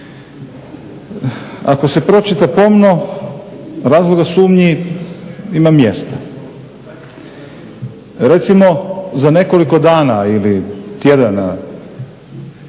Ako se pročita pomno, razloga sumnji ima mjesta. Recimo za nekoliko dana ili tjedana